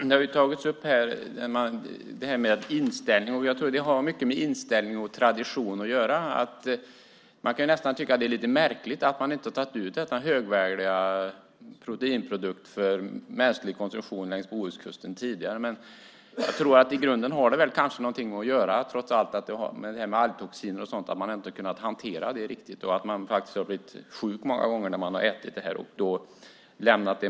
Fru talman! Det har här talats om inställning, och jag tror att detta har mycket med inställning och tradition att göra. Jag kan tycka att det är lite märkligt att man inte har tagit ut denna högvärdiga proteinprodukt längs Bohuskusten tidigare för mänsklig konsumtion. Men jag tror att det i grunden har något med algtoxiner att göra och att man inte har kunnat hantera detta riktigt och att människor faktiskt har blivit sjuka många gånger när de har ätit detta.